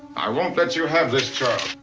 i won't let you have this, charles.